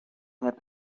had